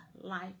life